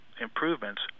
improvements